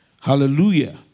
Hallelujah